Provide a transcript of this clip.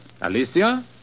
Alicia